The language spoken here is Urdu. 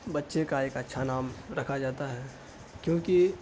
بچے کا ایک اچھا نام رکھا جاتا ہے کیونکہ